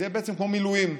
זה בעצם כמו מילואים.